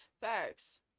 facts